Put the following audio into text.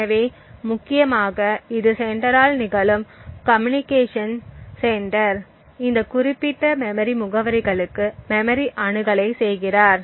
எனவே முக்கியமாக இது செண்டரால் நிகழும் கம்யூனிகேஷன் செண்டர் இந்த குறிப்பிட்ட மெமரி முகவரிகளுக்கு மெமரி அணுகலை செய்கிறார்